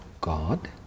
God